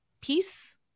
peace